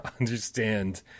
understand